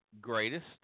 greatest